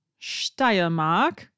Steiermark